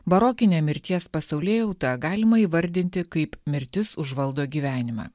barokinę mirties pasaulėjautą galima įvardinti kaip mirtis užvaldo gyvenimą